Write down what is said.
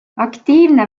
aktiivne